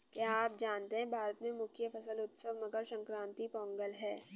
क्या आप जानते है भारत में मुख्य फसल उत्सव मकर संक्रांति, पोंगल है?